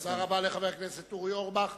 תודה רבה לחבר הכנסת אורי אורבך.